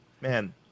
Man